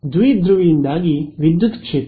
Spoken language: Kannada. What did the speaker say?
ದ್ವಿಧ್ರುವಿ ಯಿಂದಾಗಿ ವಿದ್ಯುತ್ ಕ್ಷೇತ್ರ